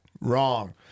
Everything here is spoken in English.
wrong